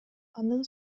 анын